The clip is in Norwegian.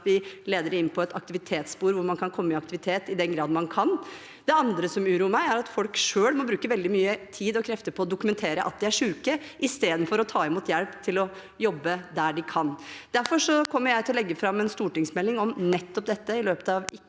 å lede dem inn på et aktivitetsspor hvor man kan komme i aktivitet i den grad man kan. Det andre som uroer meg, er at folk selv må bruke veldig mye tid og krefter på å dokumentere at de er syke, istedenfor å ta imot hjelp til å jobbe der de kan. Derfor kommer jeg til å legge fram en stortingsmelding om nettopp dette i løpet av ikke